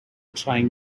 trying